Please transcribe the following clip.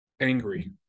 Angry